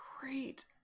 great